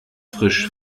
frisch